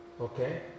okay